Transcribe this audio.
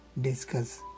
discuss